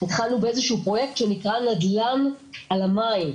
התחלנו באיזשהו פרויקט שנקרא "נדל"ן על המים".